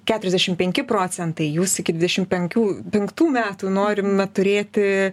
keturiasdešimt penki procentai jūs iki dvidešimt poenkių penktų metų norime turėti